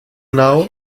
know